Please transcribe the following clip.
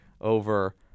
over